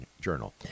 Journal